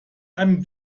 einen